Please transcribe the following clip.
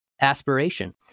aspiration